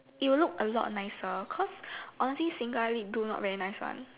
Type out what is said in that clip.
it will look a lot nicer cause honestly single eyelid do not very nice one